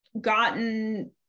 gotten